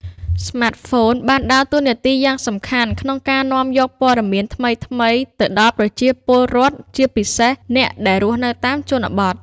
ស្មាតហ្វូនបានដើរតួនាទីយ៉ាងសំខាន់ក្នុងការនាំយក ព័ត៌មានថ្មីៗ ទៅដល់ប្រជាពលរដ្ឋ ជាពិសេសអ្នកដែលរស់នៅតាមជនបទ។